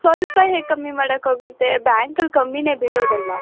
ಸ್ವಲ್ಪ ಹೇಗೆ ಕಮ್ಮಿ ಮಾಡೋಕ್ಕಾಗುತ್ತೆ ಬ್ಯಾಂಕಲ್ಲಿ ಕಮ್ಮಿನೇ ಬೀಳೋದಲ್ವಾ